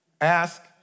Ask